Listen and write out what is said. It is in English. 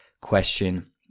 question